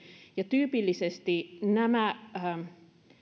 ja tyypillisesti nämä